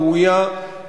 ראויה.